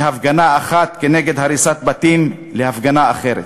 מהפגנה אחת נגד הריסת בתים להפגנה אחרת.